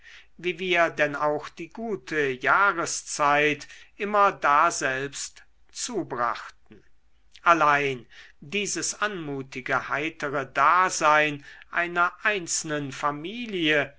wie wir denn auch die gute jahreszeit immer daselbst zubrachten allein dieses anmutige heitere dasein einer einzelnen familie